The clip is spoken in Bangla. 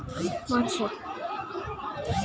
কুমড়োর বীজে অনেক রকমের পুষ্টি থাকে যা শরীরের জন্য ভালো